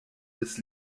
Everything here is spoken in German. des